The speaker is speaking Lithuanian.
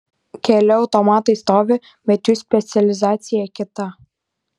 keli automatai stovi bet jų specializacija kita